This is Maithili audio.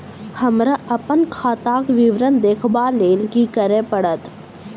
हमरा अप्पन खाताक विवरण देखबा लेल की करऽ पड़त?